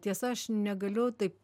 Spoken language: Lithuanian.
tiesa aš negaliu taip